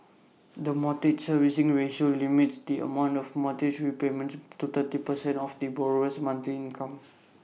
the mortgage servicing ratio limits the amount of mortgage repayments to thirty percent of the borrower's monthly income